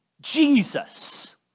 Jesus